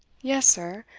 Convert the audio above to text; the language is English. yes, sir,